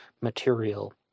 material